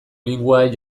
linguae